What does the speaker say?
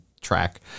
track